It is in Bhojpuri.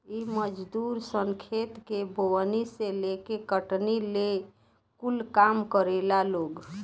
इ मजदूर सन खेत के बोअनी से लेके कटनी ले कूल काम करेला लोग